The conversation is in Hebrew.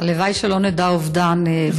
הלוואי שלא נדע אובדן בצה"ל.